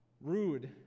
Rude